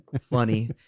funny